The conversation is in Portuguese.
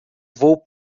vou